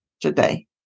today